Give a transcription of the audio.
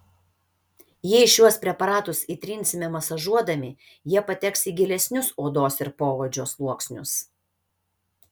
jei šiuos preparatus įtrinsime masažuodami jie pateks į gilesnius odos ir poodžio sluoksnius